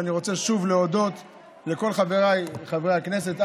ואני רוצה שוב להודות לכל חבריי חברי הכנסת,